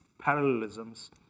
parallelisms